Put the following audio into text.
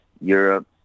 Europe